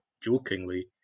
jokingly